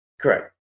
Correct